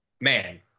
man